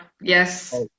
yes